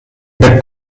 the